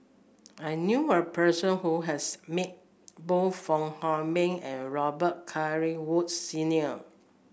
I knew a person who has met both Fong Hoe Beng and Robet Carr Woods Senior